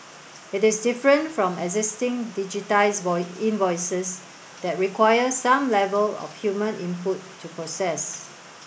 it is different from existing digitised invoices that require some level of human input to process